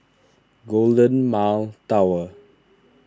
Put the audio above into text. Golden Mile Tower